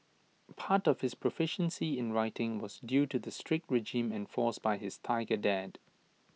part of his proficiency in writing was due to the strict regime enforced by his Tiger dad